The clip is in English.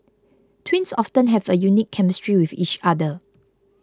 twins often have a unique chemistry with each other